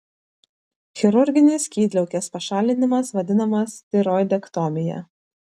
chirurginis skydliaukės pašalinimas vadinamas tiroidektomija